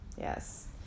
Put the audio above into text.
Yes